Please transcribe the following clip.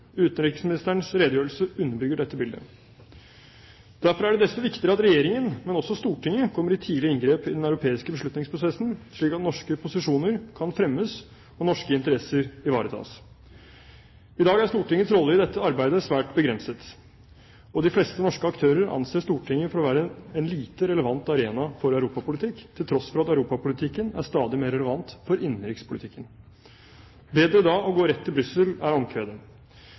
Utenriksministerens redegjørelse underbygger dette bildet. Derfor er det desto viktigere at Regjeringen, men også Stortinget, kommer i tidlig inngrep med den europeiske beslutningsprosessen slik at norske posisjoner kan fremmes og norske interesser ivaretas. I dag er Stortingets rolle i dette arbeidet svært begrenset, og de fleste norske aktører anser Stortinget for å være en lite relevant arena for europapolitikk til tross for at europapolitikken er stadig mer relevant for innenrikspolitikken. Bedre da å gå rett til Brussel, er